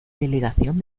delegación